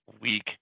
week